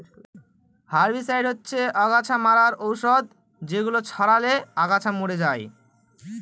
herbicide হচ্ছে অগাছা মারার ঔষধ যেগুলো ছড়ালে আগাছা মরে যায়